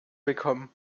bekommen